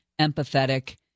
empathetic